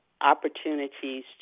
opportunities